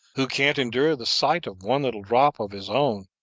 who can't endure the sight of one little drop of his own?